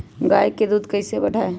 गाय का दूध कैसे बढ़ाये?